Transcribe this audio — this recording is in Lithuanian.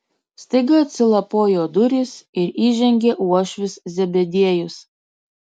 staiga atsilapojo durys ir įžengė uošvis zebediejus